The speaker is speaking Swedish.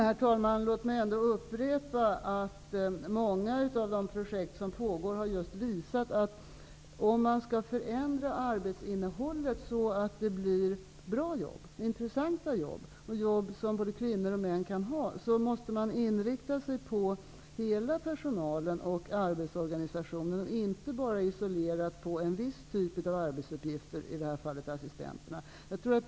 Herr talman! Låt mig ändå upprepa att många av de projekt som pågår har visat att om man skall förändra arbetsinnehållet så att man får bra och intressanta jobb och jobb som både kvinnor och män kan ha, måste man inrikta sig på hela personalen och arbetsorganisationen. Man kan inte bara inrikta sig på en viss isolerad arbetsuppgift, som i det här fallet utförs av assistenterna.